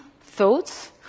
thoughts